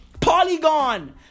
Polygon